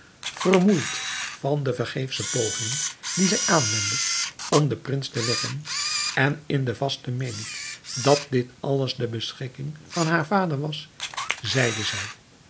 vermoeid van de vergeefsche pogingen die zij aanwendde om den prins te wekken en in de vaste meening dat dit alles de beschikking van haar vader was zeide zij